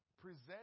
present